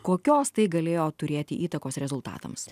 kokios tai galėjo turėti įtakos rezultatams